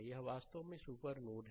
तो यह वास्तव में सुपर नोड है